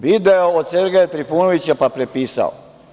Video je od Sergeja Trifunovića, pa prepisao.